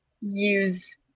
use